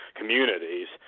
communities